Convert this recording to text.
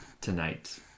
tonight